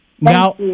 Now